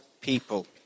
people